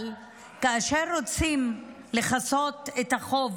אבל כאשר רוצים לכסות את החוב